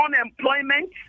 unemployment